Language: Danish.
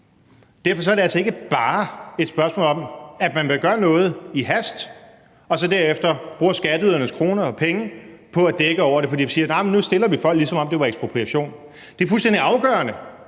Derfor er det altså ikke bare et spørgsmål om, at man vil gøre noget i hast og så derefter bruger skatteydernes penge på at dække over det, fordi vi siger, at nu stiller vi folk, som om det var ekspropriation. Det er fuldstændig afgørende,